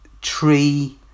Tree